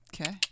Okay